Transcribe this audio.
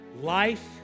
Life